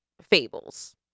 fables